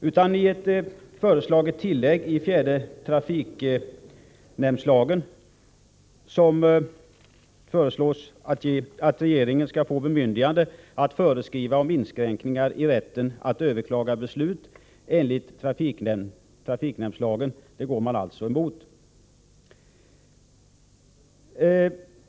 De går emot förslaget att bemyndiga regeringen att till 4 § trafiknämndslagen foga ett tillägg, som kommer att ge regeringen bemyndigande att föreskriva inskränkningar i rätten att överklaga beslut enligt trafiknämndslagen.